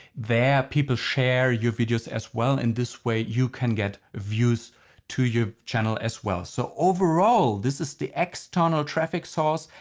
there people share your videos as well. in this way you can get views to your channel as well. so overall this is the external traffic source.